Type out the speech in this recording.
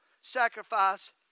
sacrifice